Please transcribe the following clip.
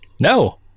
no